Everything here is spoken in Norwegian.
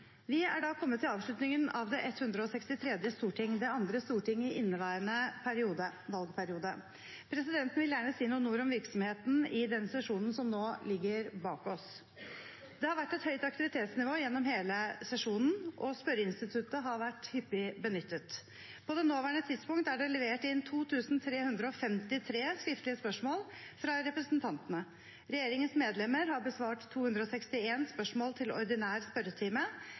Vi er da kommet til avslutningen av det 163. storting, det andre storting i inneværende valgperiode. Presidenten vil gjerne si noen ord om virksomheten i den sesjonen som nå ligger bak oss. Det har vært et høyt aktivitetsnivå gjennom hele sesjonen, og spørreinstituttet har vært hyppig benyttet. På det nåværende tidspunkt er det levert inn 2 353 skriftlige spørsmål fra representantene. Regjeringens medlemmer har besvart 261 spørsmål til ordinær spørretime,